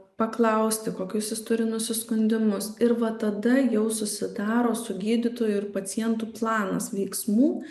paklausti kokius jis turi nusiskundimus ir va tada jau susitarus su gydytoju ir pacientu planas veiksmų